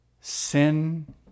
Sin